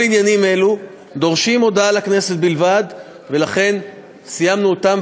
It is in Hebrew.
כל העניינים האלה דורשים הודעה לכנסת בלבד ולכן סיימנו אותם,